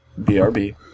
BRB